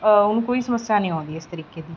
ਉਹਨੂੰ ਕੋਈ ਸਮੱਸਿਆ ਨਹੀਂ ਆਉਂਦੀ ਇਸ ਤਰੀਕੇ ਦੀ